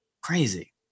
Crazy